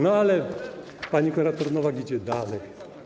No ale pani kurator Nowak idzie dalej.